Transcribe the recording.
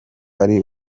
ari